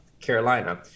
Carolina